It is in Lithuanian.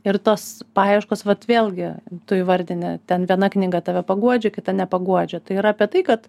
ir tos paieškos vat vėlgi tu įvardini ten viena knyga tave paguodžia kita nepaguodžia tai yra apie tai kad